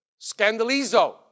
scandalizo